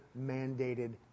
mandated